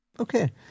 Okay